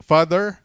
Father